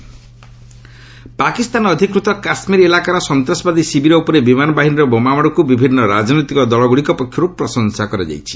ରିଆକୁ air strike Pakistan ଅଧିକୃତ କାଶ୍ରୀର ଇଲାକାର ସନ୍ତାସବାଦୀ ଶିବିର ଉପରେ ବିମାନ ବାହିନୀର ବୋମାମାଡ଼କୁ ବିଭିନ୍ନ ରାଜନୈତିକ ଦଳଗୁଡ଼ିକ ପକ୍ଷରୁ ପ୍ରଶଂସା କରାଯାଇଛି